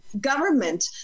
government